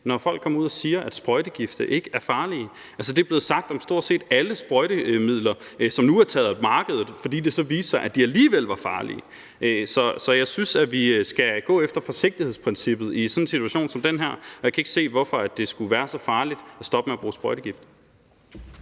når folk går ud og siger, at sprøjtegifte ikke er farlige. Altså, det er blevet sagt om stort set alle sprøjtemidler, som nu er taget af markedet, fordi det så viste sig, at de alligevel var farlige. Så jeg synes, vi skal gå efter forsigtighedsprincippet i sådan en situation som den her, og jeg kan ikke se, hvorfor det skulle være så farligt at stoppe med at bruge sprøjtegift.